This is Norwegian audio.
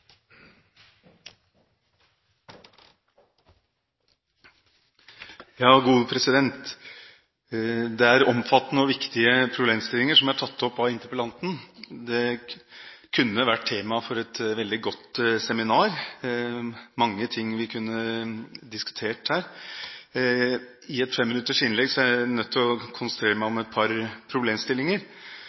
omfattende og viktige problemstillinger som er tatt opp av interpellanten. Det kunne ha vært tema for et veldig godt seminar. Det er mange ting vi kunne diskutert der. I et femminuttersinnlegg er jeg nødt til å konsentrere meg om et par problemstillinger,